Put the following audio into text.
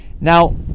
now